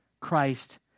Christ